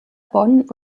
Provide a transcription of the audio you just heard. bonn